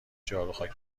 جاروخاک